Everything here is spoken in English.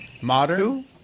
modern